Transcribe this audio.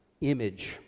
Image